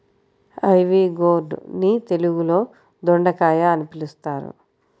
ivy gourd ని తెలుగులో దొండకాయ అని అంటారు